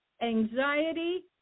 anxiety